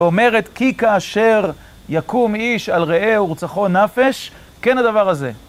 אומרת, כי כאשר יקום איש על רעהו ורצחו נפש, כן הדבר הזה.